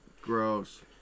gross